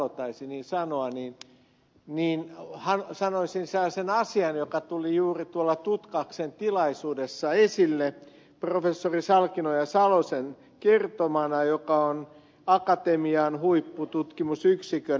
salo taisi niin sanoa niin sanoisin sellaisen asian joka tuli juuri tuolla tutkaksen tilaisuudessa esille professori salkinoja salosen kertomana joka on akatemian huippututkimusyksikön edustaja